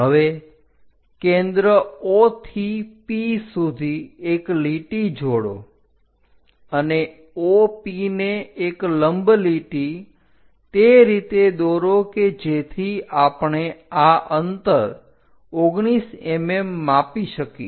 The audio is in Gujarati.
હવે કેન્દ્ર O થી P સુધી એક લીટી જોડો અને OP ને એક લંબ લીટી તે રીતે દોરો કે જેથી આપણે આ અંતર 19 mm માપી શકીએ